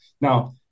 Now